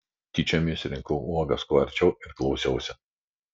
tyčiomis rinkau uogas kuo arčiau ir klausiausi